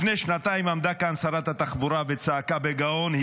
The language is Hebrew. לפני שנתיים עמדה כאן שרת התחבורה וצעקה בגאון: